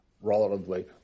relatively